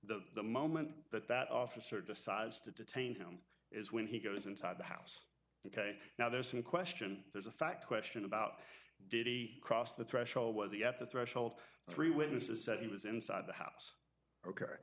the moment that that officer decides to detain him is when he goes inside the house ok now there's some question there's a fact question about did he cross the threshold was he at the threshold three witnesses that he was inside the house ok